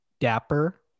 Dapper